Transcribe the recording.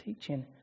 teaching